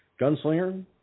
Gunslinger